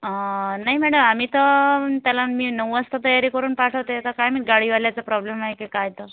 अं नाही मॅडं आम्ही तर त्याला मी नऊ वाजता तयारी करून पाठवते का काय माहीत गाडीवाल्याचा प्रॉब्लेम आहे की काय तर